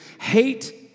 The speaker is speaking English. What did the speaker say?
hate